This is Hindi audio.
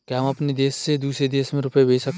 क्या हम अपने देश से दूसरे देश में रुपये भेज सकते हैं?